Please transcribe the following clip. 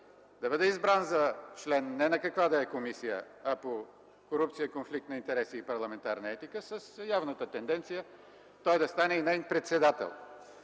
да бъде избран за член не на каква да е комисия, а по корупция, конфликт на интереси и парламентарна етика с явната тенденция той да стане и неин председател.